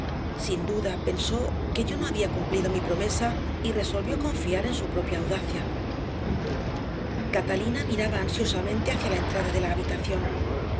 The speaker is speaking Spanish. sin duda pensó que yo no había cumplido mi promesa y resolvió confiar en su propia audacia catalina miraba ansiosamente hacia la entrada de la habitación